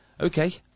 Okay